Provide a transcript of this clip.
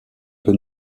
peu